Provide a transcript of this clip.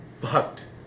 fucked